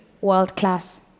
world-class